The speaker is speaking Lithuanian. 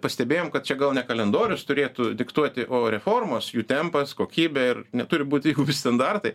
pastebėjom kad čia gal ne kalendorius turėtų diktuoti o reformos jų tempas kokybė ir neturi būti standartai